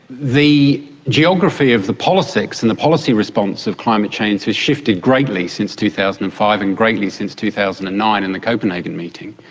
the geography of the politics and the policy response of climate change has shifted greatly since two thousand and five and greatly since two thousand and nine in the copenhagen meeting.